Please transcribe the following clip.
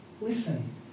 Listen